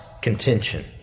contention